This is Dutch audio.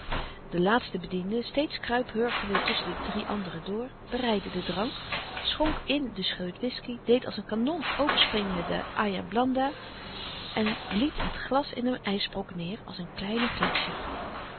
de laatste bediende steeds kruiphurkende tusschen de drie anderen door bereidde den drank schonk in de scheut whiskey deed als een kanon openspringen de ajer blanda en liet in het glas een ijsbrok neêr als een kleine gletscher